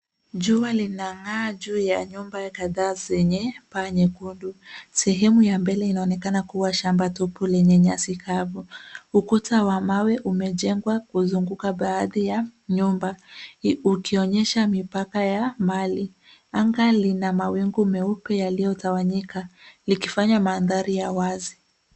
Jua linang'aa juu ya nyumba kadhaa zenye paa nyekundu. Sehemu ya mbele inaonekana kuwa shamba tupu lenye nyasi kavu. Ukuta wa mawe umejengwa kuzunguka baadhi ya nyumba ukionyesha mipaka ya mali. Anga lina mawingu meupe yaliyotawanyika likifanya mandhari ya wazi.